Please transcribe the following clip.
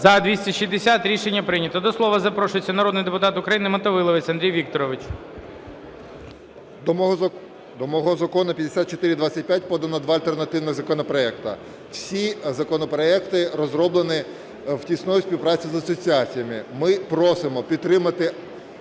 За-260 Рішення прийнято. До слова запрошується народний депутат України Мотовиловець Андрій Вікторович. 10:56:06 МОТОВИЛОВЕЦЬ А.В. До мого Закону 5425 подано два альтернативних законопроекти. Всі законопроекти розроблені в тісній співпраці з асоціаціями. Ми просимо підтримати